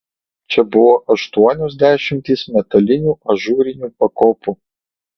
čia buvo aštuonios dešimtys metalinių ažūrinių pakopų